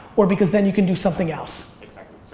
or because then you can do something else? exactly,